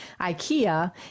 IKEA